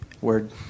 Word